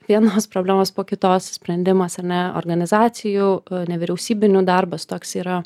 vienos problemos po kitos sprendimas ar ne organizacijų nevyriausybinių darbas toks yra